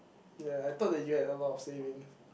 ya I thought that you had a lot of savings